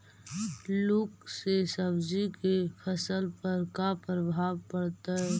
लुक से सब्जी के फसल पर का परभाव पड़तै?